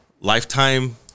lifetime